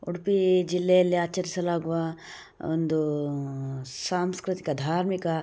ಉಡುಪಿ ಜಿಲ್ಲೆಯಲ್ಲಿ ಆಚರಿಸಲಾಗುವ ಒಂದು ಸಾಂಸ್ಕೃತಿಕ ಧಾರ್ಮಿಕ